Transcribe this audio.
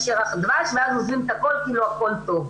יש ירח דבש ואז עוזבים את הכל כאילו הכל טוב.